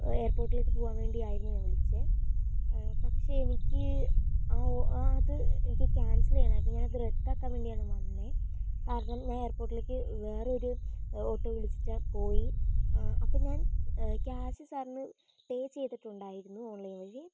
എയർപ്പോർട്ടിലേക്ക് പോവാൻ വേണ്ടിയായിരുന്നു ഞാൻ വിളിച്ചത് പക്ഷേ എനിക്ക് ആ ആ അത് എനിക്ക് ക്യാൻസല് ചെയ്യണമായിരുന്നു ഞാനത് റദ്ദാക്കാൻ വേണ്ടിയാണ് വന്നത് കാരണം ഞാൻ എയർപ്പോർട്ടിലേക്ക് വേറൊരു ഓട്ടോ വിളിച്ചിട്ട് പോയി അപ്പം ഞാൻ ക്യാഷ് സാറിന് പേ ചെയ്തിട്ടുണ്ടായിരുന്നു ഓൺലൈൻ വഴി